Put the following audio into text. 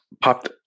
popped